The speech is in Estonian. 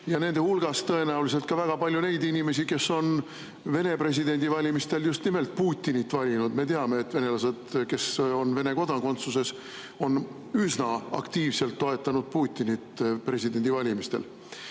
inimeste hulgas on tõenäoliselt ka väga palju neid inimesi, kes on Venemaa presidendivalimistel just nimelt Putinit valinud. Me teame, et venelased, kes on Vene kodakondsusega, on üsna aktiivselt toetanud Putinit presidendivalimistel.